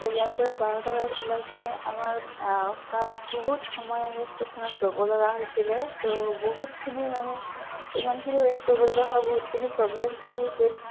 তহ ইয়াৰ পৰা বাৰটা বজাত ওলাই কিনে আমাৰ বহুত সময় আমি ইষ্টেশ্যনত ৰ'ব লগা হৈছিলে তহ বহুতখিনি মানে ইমানখিনি ওৱেইট কৰিবলগা হোৱাত বহুতখিনি প্ৰব্লেমছো আহিছিল